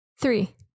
Three